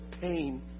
pain